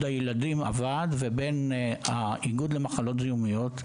רפואת הילדים לבין איגוד רופאי המחלות הזיהומיות.